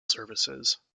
services